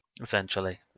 essentially